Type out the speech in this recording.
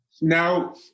now